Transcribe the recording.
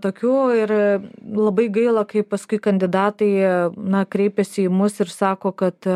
tokių ir labai gaila kai paskui kandidatai na kreipiasi į mus ir sako kad